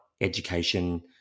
education